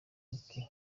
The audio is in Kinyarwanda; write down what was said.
umuti